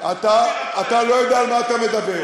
אתה לא יודע על מה אתה מדבר.